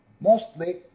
mostly